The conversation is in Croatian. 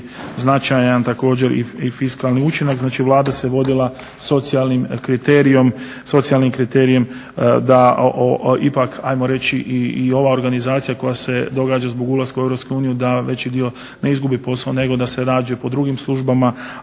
značajan također i fiskalni učinak. Znači Vlada se vodila socijalnim kriterijem da ipak ajmo reći i ova organizacija koja se događa zbog ulaska u Europsku uniju da veći dio ne izgubi posao nego da se nađe po drugim službama,